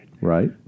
Right